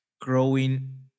growing